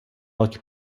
loď